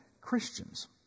Christians